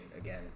again